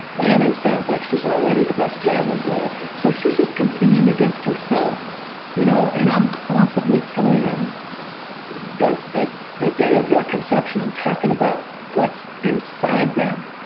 and it sounds like she's already the best javelin thrower. so she's just competing against herself you know and i'm constantly telling them the the day of their conception, i'm talking about what's inside them.